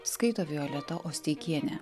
skaito violeta osteikienė